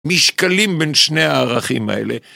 משקלים בין שני הערכים האלה.